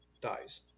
dies